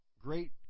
great